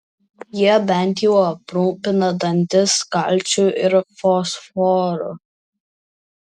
jie bent jau aprūpina dantis kalciu ir fosforu